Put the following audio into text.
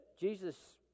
Jesus